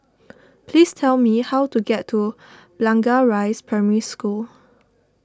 please tell me how to get to Blangah Rise Primary School